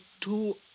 two